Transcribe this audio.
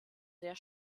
sehr